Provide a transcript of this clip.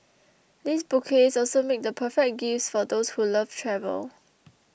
these bouquets also make the perfect gifts for those who love travel